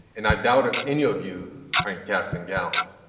and i doubt if any of you are in caps and gowns.